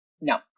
No